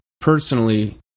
personally